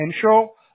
potential